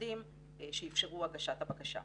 מיוחדים שאפשרו הגשת הבקשה.